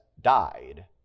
died